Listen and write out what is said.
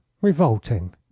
revolting